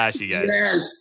Yes